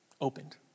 opened